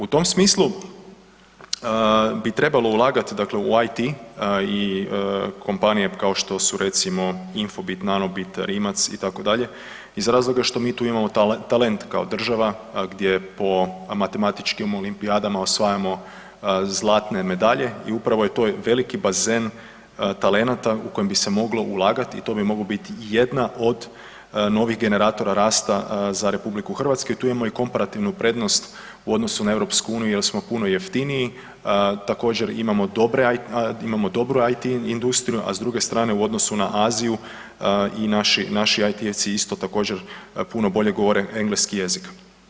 U tom smislu bi trebalo ulagat u IT i kompanije kao što su recimo Infobit, Nanobit, Rimac itd. iz razloga što mi tu imamo talent kao država gdje po matematičkim olimpijadama osvajamo zlatne medalje i upravo to je veliki bazen talenata u kojem bi se moglo ulagat i to bi mogla biti jedna od novih generatora rasta za RH i tu imamo i komparativnu prednost u odnosu na EU jel smo puno jeftiniji, također imamo dobru IT industriju, a s druge strane u odnosu na Aziju i naši IT-evci isto također puno bolje govore engleski jezik.